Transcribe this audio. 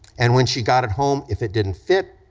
and when she got it home, if it didn't fit,